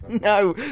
No